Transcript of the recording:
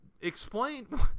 explain